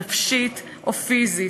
נפשית או פיזית.